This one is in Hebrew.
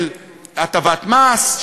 של הטבת מס,